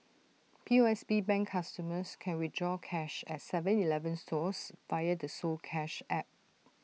P O S B bank customers can withdraw cash at Seven Eleven stores via the soCash app